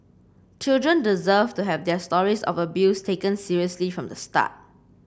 children deserve to have their stories of abuse taken seriously from the start